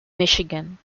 michigan